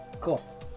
Cool